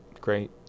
Great